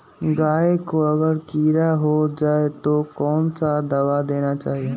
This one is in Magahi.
गाय को अगर कीड़ा हो जाय तो कौन सा दवा देना चाहिए?